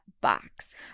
box